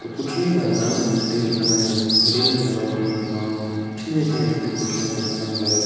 இப்போ புற்றுநோய் வர்றதுனால் வந்துவிட்டு என்ன மாதிரியான விளைவுகள் நடக்கும் அப்புடின்னா சின்ன வயசுலேயே நிறைய பேர்த்துக்கு புற்றுநோய் வந்ததுனால் அவங்களால